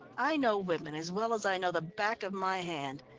i know women as well as i know the back of my hand,